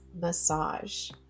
massage